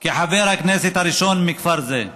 כחבר הכנסת הראשון מכפר זה,